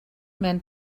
man